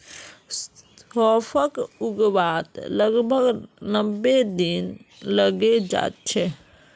सौंफक उगवात लगभग नब्बे दिन लगे जाच्छे